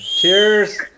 Cheers